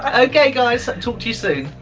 ah okay, guys, talk to you soon.